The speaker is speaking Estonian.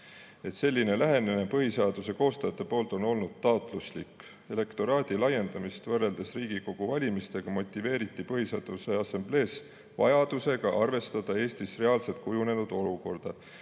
Selline lähenemine PS koostajate poolt on olnud taotluslik. Elektoraadi laiendamist võrreldes Riigikogu valimistega motiveeriti Põhiseaduse Assamblees vajadusega arvestada Eestis reaalselt kujunenud olukorda.